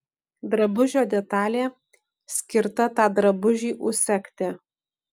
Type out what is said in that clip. drabužio detalė skirta tą drabužį užsegti